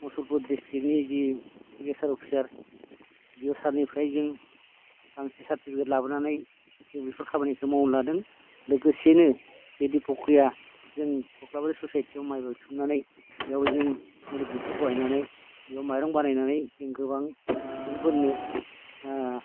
मसलपुर ड्रिस्ट्रिक्टनि जि officer A D O सारनिफ्राय जों गांसे सारटिफिकेट लाबोनानै जों बेफोर खामानिखौ मावनो लादों लोगोसेनो बेदि फुख्रिया जों कख्लाबारि ससाइटियाव माइ बायथुमनानै बेयाव जों मिल गंसे बहायनानै बेयाव माइरं बानायनानै जों गोबां सुबुंफोरनो ओ